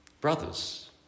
Brothers